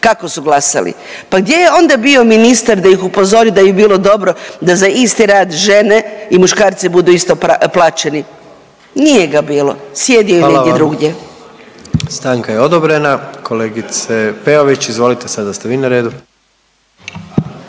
kako su glasali, pa gdje je onda bio ministar da ih upozori da bi bilo dobro da za isti rad žene i muškarci budu isto plaćeni, nije ga bilo, sjedio je negdje drugdje.